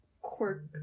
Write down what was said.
quirk